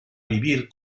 vivir